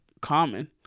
common